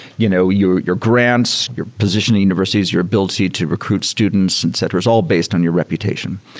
you know your your grants, your position in universities, your ability to recruit students, etc, it's all based on your reputation.